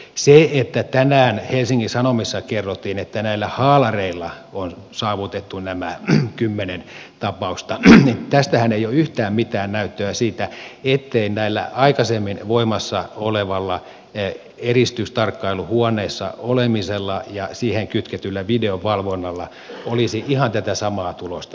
kun tänään helsingin sanomissa kerrottiin että näillä haalareilla on saavutettu nämä kymmenen tapausta niin tässähän ei ole yhtään mitään näyttöä siitä ettei näillä entuudestaan voimassa olevilla eristystarkkailuhuoneessa olemisella ja siihen kytketyllä videovalvonnalla olisi ihan tätä samaa tulosta saavutettu